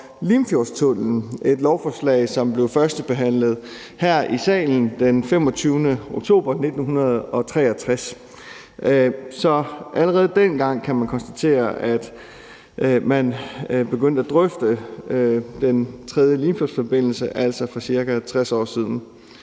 Limfjordstunnellen. Det var et lovforslag, som blev førstebehandlet her i salen den 25. oktober 1963. Så man kan konstatere, at man allerede dengang begyndte at drøfte Den 3. Limfjordsforbindelse, altså for ca. 60 år siden.